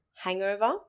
hangover